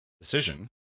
decision